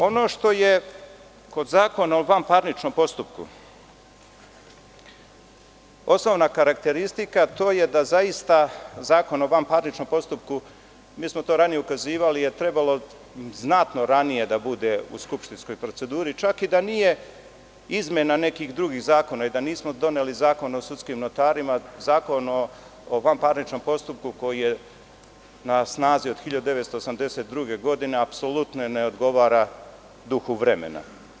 Ono što je kod Zakona o vanparničnom postupku osnovna karakteristika to je da zaista Zakon o vanparničnom postupku, mi smo na to i ranije ukazivali, je trebalo znatno ranije da bude u skupštinskoj proceduri, čak i da nije izmena nekih drugih zakona i da nismo doneli Zakon o sudskim notarima, Zakon o vanparničnom postupku koji je na snazi od 1982. godine apsolutno ne odgovara duhu vremena.